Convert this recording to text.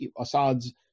Assad's